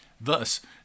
Thus